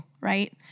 right